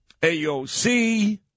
AOC